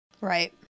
Right